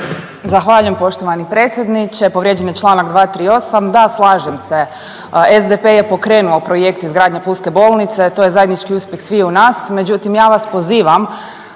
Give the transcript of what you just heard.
Zahvaljujem poštovani predsjedniče. Povrijeđen je čl. 238. Da, slažem se, SDP je pokrenuo projekt izgradnje pulske bolnice, to je zajednički uspjeh sviju nas, međutim, ja vas pozivam,